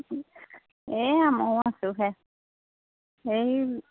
এই ময়ো আছোঁ হে সেই